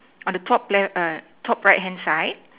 on the top left err top right hand side